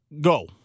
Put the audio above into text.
go